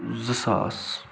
زٕ ساس